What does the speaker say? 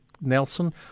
Nelson